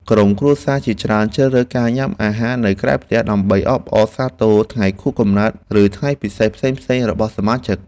ក្រុមគ្រួសារជាច្រើនជ្រើសរើសការញ៉ាំអាហារនៅក្រៅផ្ទះ ដើម្បីអបអរសាទរថ្ងៃខួបកំណើត ឬថ្ងៃពិសេសផ្សេងៗរបស់សមាជិក។